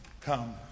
come